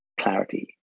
clarity